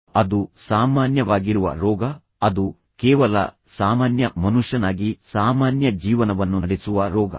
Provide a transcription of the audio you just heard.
ನೀವು ಕೆಲವು ಆಸಕ್ತಿದಾಯಕ ಪ್ರಸಂಗಗಳನ್ನು ಸಂಭವಿಸಬಹುದಾದ ಉಪಾಖ್ಯಾನಗಳನ್ನು ಸಹ ನೆನಪಿಸಿಕೊಳ್ಳಬಹುದು